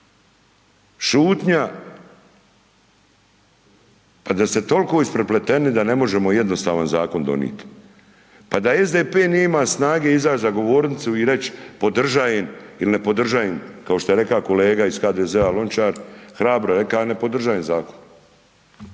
Šutnja a da ste toliko isprepleteni da ne možemo jednostavan zakon donijet. Pa da SDP nije imao snage izać za govornicu i reći podržavam ili ne podržavam kao što je rekao kolega iz HDZ-a Lončar, hrabro je rekao, ja ne podržavam zakon.